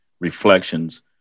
reflections